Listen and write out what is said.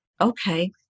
Okay